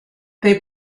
they